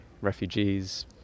refugees